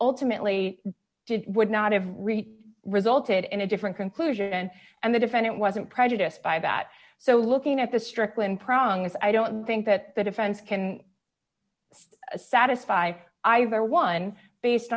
ultimately did would not have read resulted in a different conclusion and the defendant wasn't prejudiced by that so looking at the strickland prongs i don't think that the defense can satisfy either one based